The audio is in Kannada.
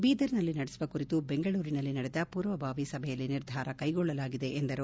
ಬೀದರ್ನಲ್ಲಿ ನಡೆಸುವ ಕುರಿತು ಬೆಂಗಳೂರಿನಲ್ಲಿ ನಡೆದ ಪೂರ್ವ ಬಾವಿ ಸಭೆಯಲ್ಲಿ ನಿರ್ಧಾರ ಕೈಗೊಳ್ಳಲಾಗಿದೆ ಎಂದು ಹೇಳದರು